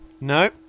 No